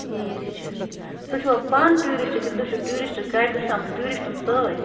ٹھیٖک چھُ تُہۍ چھُوا پانہٕ ٹوٗرشٹ کِنۍ تُہۍ چھُو ٹوٗرشٹ گایڈ تۄہہِ چھُو آمٕتۍ ٹوٗرشٹن سۭتۍ